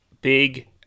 big